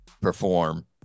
perform